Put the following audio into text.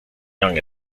young